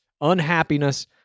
unhappiness